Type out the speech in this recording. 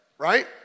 Right